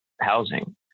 housing